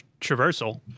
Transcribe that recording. traversal